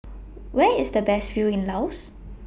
Where IS The Best View in Laos